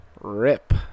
Rip